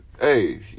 Hey